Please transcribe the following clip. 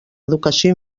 educació